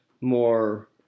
more